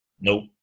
Nope